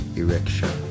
erection